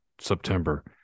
September